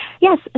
Yes